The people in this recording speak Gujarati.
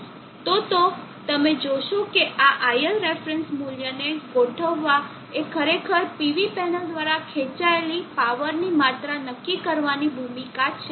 તો તો તમે જોશો કે આ ILref મૂલ્યને ગોઠવવા એ ખરેખર PV પેનલ દ્વારા ખેંચાયેલ પાવરની માત્રા નક્કી કરવાની ભૂમિકામાં છે